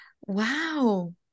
Wow